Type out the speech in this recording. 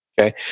okay